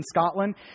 Scotland